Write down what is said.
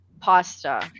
pasta